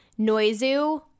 Noizu